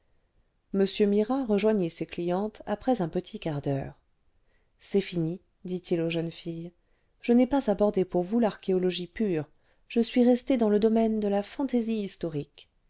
m mira rejoignit ses clientes après un petit quart d'heure c'est fini dit-il aux jeunes filles je n'ai pas abordé pour vous l'archéologie pure je suis resté dans le domaine de la fantaisie historique